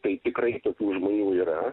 tai tikrai tokių žmonių yra